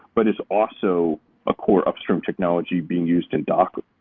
but is also a core upstream technology being used in docker.